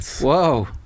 Whoa